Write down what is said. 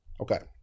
Okay